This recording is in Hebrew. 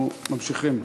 (מתן מידע לשוכר בדיור